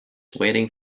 waiting